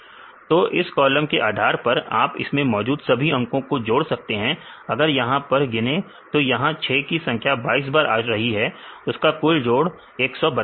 तो इस कॉलम के आधार पर हम इसमें मौजूद सभी अंकों को जोड़ सकते हैं अगर यहां पर आप गिने तो यहां 6 की संख्या 22 बार आ रही है उसका कुल जोड़ 132 होगा